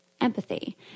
empathy